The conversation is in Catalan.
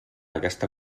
aquesta